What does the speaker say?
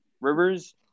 Rivers